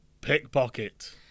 Pickpocket